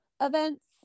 events